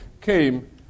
came